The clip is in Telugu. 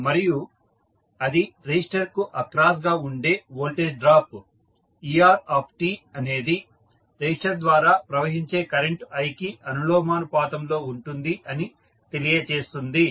మరియు అది రెసిస్టర్ కు అక్రాస్ గా ఉండే వోల్టేజ్ డ్రాప్ eRt అనేది రెసిస్టర్ ద్వారా ప్రవహించే కరెంట్ i కి అనులోమానుపాతంలో ఉంటుంది అని తెలియజేస్తుంది